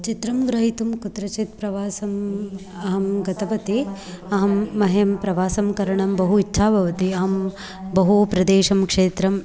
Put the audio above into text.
चित्रं ग्रहीतुं कुत्रचित् प्रवासं अहं गतवती अहं मह्यं प्रवासं करणं बहु इच्छा भवति अहं बहु प्रदेशं क्षेत्रम्